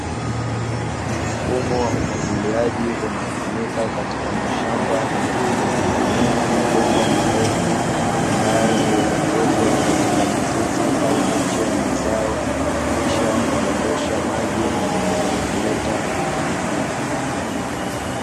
Mfumo wa umwagiliaji unaotumika katika mashamba, ukitumiwa mabomba marefu ambayo huelekezwa katika mizizi au miche ya mazao, kisha hudondosha maji yanayoleta unyevuunyevu.